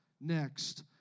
next